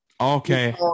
Okay